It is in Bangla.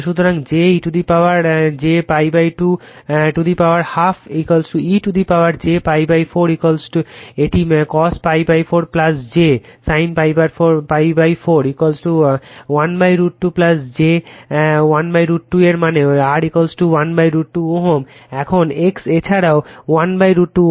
সুতরাং j e to the power j π 2 to the power half e to the power j π 4 এটি cos π 4 j sin π 4 1 √ 2 j 1 √ 2 এর মানে R 1 √ 2 Ω এবং X এছাড়াও 1 √ 2 Ω